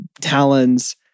talons